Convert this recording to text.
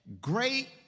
Great